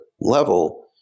level